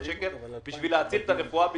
שקל בשביל להציל את הרפואה בישראל,